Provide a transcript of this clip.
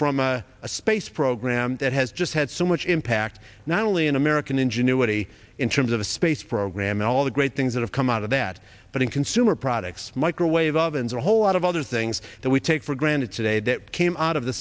from a space program that has just had so much impact not only in american ingenuity in terms of the space program and all the great things that have come out of that but in consumer products microwave ovens a whole lot of other things that we take for granted today that came out of the